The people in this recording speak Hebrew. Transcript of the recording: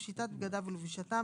פשיטת בגדיו ולבישתם,